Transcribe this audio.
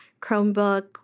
Chromebook